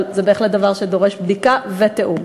אבל זה בהחלט דבר שדורש בדיקה ותיאום.